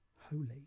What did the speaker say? holy